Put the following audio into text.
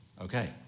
Okay